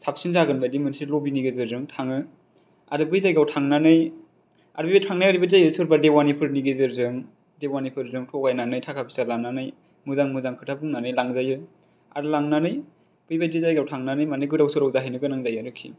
साबसिन जागोन बायदि मोनसे लबिनि गेजेरजों थाङो आरो बै जायगाआव थांनानै आर बेबायदि थांनाया ओरै बायदि जायो सोरबा देवानिफोरनि गेजेरजों देवानिफोरजों थगायनानै थाखा फैसा लानानै मोजां मोजां खोथा बुंनानै लांजायो आर लांनानै बेबायदि जायगायाव थांनानै मानि गोदाव सोराव जाहैनो गोनां जायो आरिखि